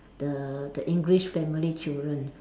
the the English family children